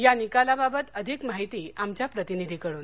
या निकालाबाबत अधिक माहिती आमच्या प्रतिनिधीकडून